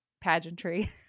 pageantry